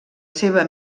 seva